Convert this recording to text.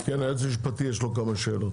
ליועץ המשפטי יש לו כמה שאלות.